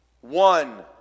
One